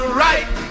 right